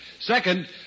Second